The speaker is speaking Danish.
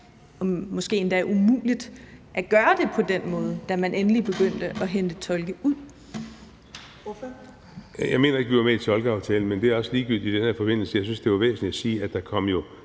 og måske endda umuligt at gøre det på den måde, da man endelig begyndte at hente tolkene ud?